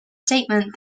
statement